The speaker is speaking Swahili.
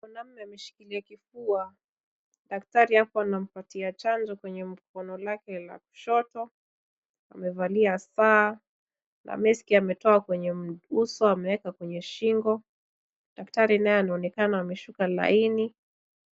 Mwanaume ameshikilia kifua, daktari hapo anampatia chanjo kwenye mkono lake la kushoto, amevalia saa na meski ametoa kwenye uso ameweka kwenye shingo. Daktari naye anaonekana ameshuka laini .